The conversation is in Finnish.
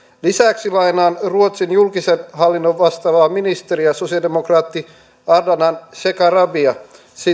lisäksi lainaan ruotsin julkisen hallinnon vastaavaa ministeriä sosialidemokraatti ardalan shekarabia